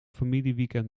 familieweekend